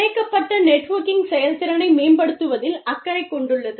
பிணைக்கப்பட்ட நெட்வோர்கிங் செயல்திறனை மேம்படுத்துவதில் அக்கறை கொண்டுள்ளது